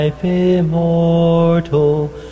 immortal